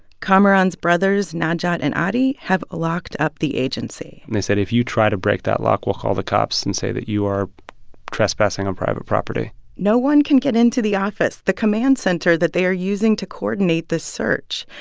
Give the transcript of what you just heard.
kamaran's brothers najat and ah ari have locked up the agency and they said, if you try to break that lock, we'll call the cops and say that you are trespassing on private property no one can get into the office, the command center that they are using to coordinate the search.